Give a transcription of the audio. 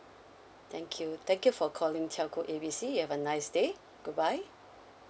thank you thank you for calling telco A B C you have a nice day goodbye